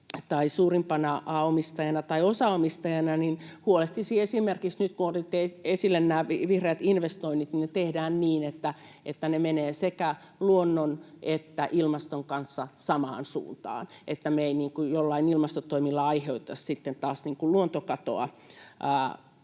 tai suurimpana omistajana tai osaomistajana, esimerkiksi huolehtisivat, nyt kun otitte esille nämä vihreät investoinnit, että tehdään niin, että ne menevät sekä luonnon että ilmaston kanssa samaan suuntaan ja että me ei jollain ilmastotoimilla aiheuteta sitten taas luontokatoa.